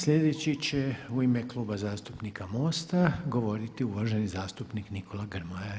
Sljedeći će u ime Kluba zastupnika MOST-a govoriti uvaženi zastupnik Nikola Grmoja.